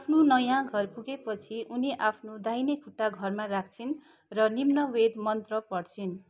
आफ्नो नयाँ घर पुगेपछि उनी आफ्नो दाहिने खुट्टा घरमा राख्छिन् र निम्न बेद मन्त्र पढ्छिन्